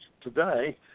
today